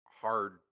hard